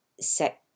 set